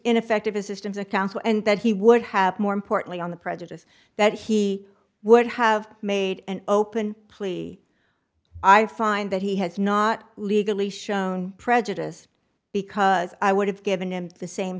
ineffective assistance of counsel and that he would have more importantly on the prejudice that he would have made an open plea i find that he has not legally shown prejudice because i would have given him the same